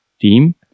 team